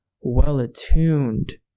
well-attuned